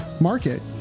market